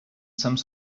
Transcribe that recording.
some